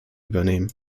übernehmen